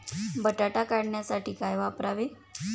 बटाटा काढणीसाठी काय वापरावे?